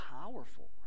powerful